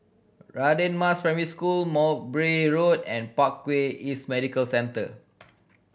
Radin Mas Primary School Mowbray Road and Parkway East Medical Centre